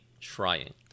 Trying